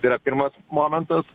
tai yra pirmas momentas